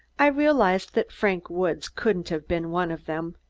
i realized that frank woods couldn't have been one of them,